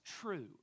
true